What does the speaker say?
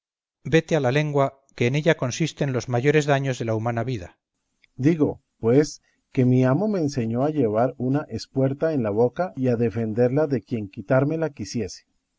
vete a la lengua que en ella consisten los mayores daños de la humana vida berganza digo pues que mi amo me enseñó a llevar una espuerta en la boca y a defenderla de quien quitármela quisiese